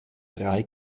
drei